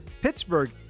Pittsburgh